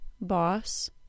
boss